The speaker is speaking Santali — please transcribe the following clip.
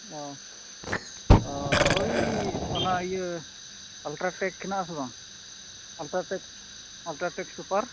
ᱚᱸᱻ ᱳᱭ ᱚᱱᱟ ᱤᱭᱟᱹ ᱚᱞᱴᱨᱟᱴᱮᱠ ᱦᱮᱱᱟᱜ ᱟᱥᱮ ᱵᱟᱝ ᱚᱞᱴᱨᱟᱴᱮᱠ ᱚᱞᱴᱨᱟᱴᱮᱠ ᱥᱩᱯᱟᱨ